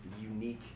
unique